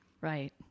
right